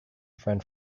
friend